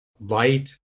Light